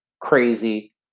crazy